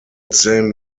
same